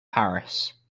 paris